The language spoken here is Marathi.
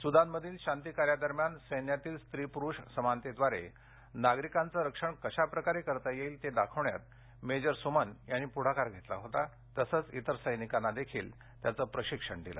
सुदानमधील शातीकार्यादरम्यान सैन्यातील स्त्री पुरुष समानतेद्वारे नागरिकांचं रक्षण कशाप्रकारे करता येईल ते दाखविण्यात मेजर सुमन यांनी पुढाकार घेतला तसंच तिर सैनिकांना देखील त्याचं प्रशिक्षण दिलं